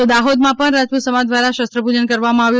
તો દાહોદમાં પણ રાજપૂત સમાજ દ્વારા શસ્ત્રપૂજન કરવામાં આવ્યું